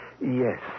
Yes